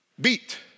beat